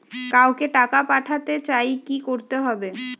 কাউকে টাকা পাঠাতে চাই কি করতে হবে?